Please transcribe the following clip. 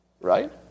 right